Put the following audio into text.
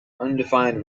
undefined